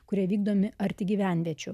kurie vykdomi arti gyvenviečių